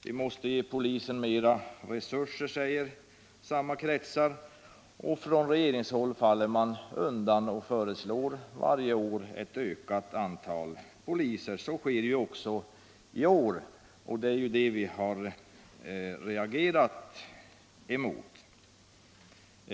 Vi måste ge polisen mer resurser, säger samma kretsar. Och från regeringshåll faller man undan och föreslår varje år ett ökat antal poliser. Så sker också i år, och det är det som vi har reagerat mot.